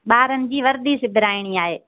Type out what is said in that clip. ॿारनि जी वर्दी सिबाइणी आहे